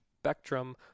spectrum